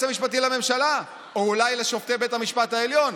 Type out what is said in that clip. המשפטי לממשלה או אולי לשופטי בית המשפט העליון?